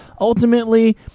ultimately